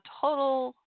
total